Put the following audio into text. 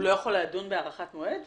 הוא לא יכול לדון בהארכת מועד?